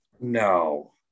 No